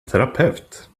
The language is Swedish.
terapeut